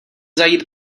zajít